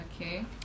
Okay